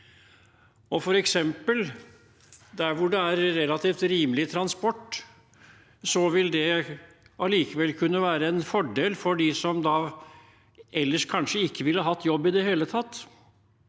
i Norge. Der hvor det f.eks. er relativt rimelig transport, vil det likevel kunne være en fordel for dem som ellers kanskje ikke ville hatt jobb i det hele tatt,